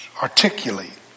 Articulate